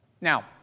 Now